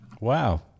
Wow